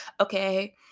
Okay